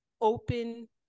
open